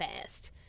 fast